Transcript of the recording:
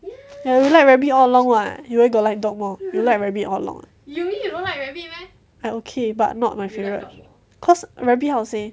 ya you like rabbit all along what you where got like dog more you like rabbit all along I okay but not my favourite cause rabbit like how to say